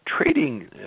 Trading